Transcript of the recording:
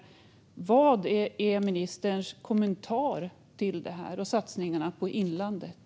Vad är ministerns kommentar till det här och till satsningarna på inlandet?